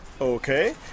Okay